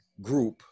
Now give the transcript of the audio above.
group